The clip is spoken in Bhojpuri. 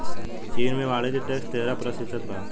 चीन में वाणिज्य टैक्स तेरह प्रतिशत बा